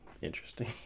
interesting